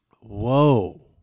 Whoa